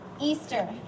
Easter